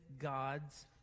God's